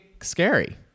scary